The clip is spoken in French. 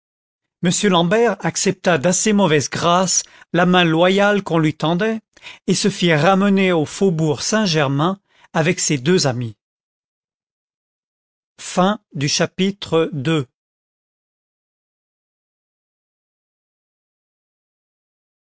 m l'ambert accepta d'assez mauvaise grâce a main loyale qu'on lui tendait et se fit ramener au faubourg saint-germain avec ses deux amis